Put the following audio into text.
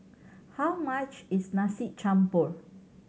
how much is Nasi Campur